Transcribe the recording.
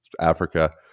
Africa